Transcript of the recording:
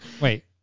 Wait